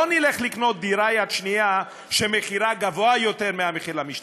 לא נלך לקנות דירה יד שנייה שמחירה גבוה יותר מהמחיר למשתכן,